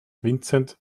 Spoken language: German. vincent